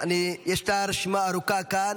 ישנה רשימה ארוכה כאן.